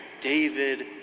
David